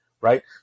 Right